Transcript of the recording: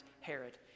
Herod